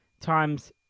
times